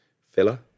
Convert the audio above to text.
filler